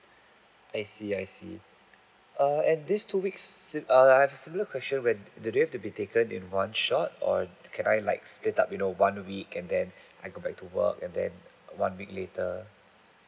I see I see uh and these two weeks err I've a similar question when~ they have to be taken in one shot or err can I like split up you know one week and then I go back to work and then one week later